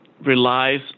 relies